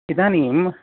इदानीं